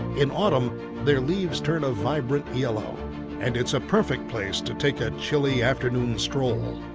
in autumn their leaves turn a vibrant yellow and it's a perfect place to take a chilly afternoon stroll.